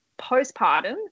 postpartum